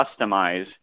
customize